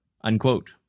unquote